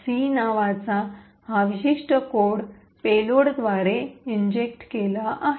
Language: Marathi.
c नावाचा हा विशिष्ट कोड पेलोडद्वारे इन्जेक्ट केला आहे